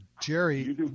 Jerry